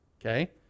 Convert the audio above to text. okay